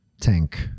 tank